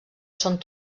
son